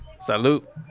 Salute